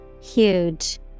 Huge